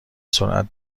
سرعت